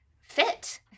fit